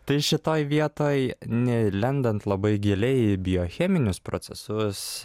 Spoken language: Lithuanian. tai šitoj vietoj nelendant labai giliai į biocheminius procesus